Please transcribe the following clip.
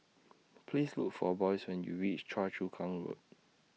Please Look For Boyce when YOU REACH Choa Chu Kang Road